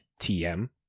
TM